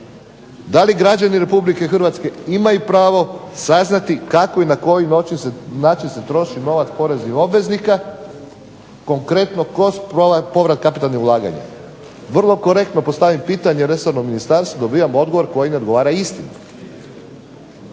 Da li građani Republike Hrvatske imaju pravo saznati kako i na koji način se troši novac poreznih obveznika. Konkretno kroz ovaj povrat kapitalnih ulaganja. Vrlo korektno postavim pitanje resornom ministarstvu. Dobivam odgovor koji ne odgovara istini.